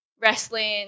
wrestling